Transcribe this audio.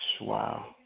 Wow